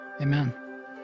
amen